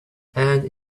and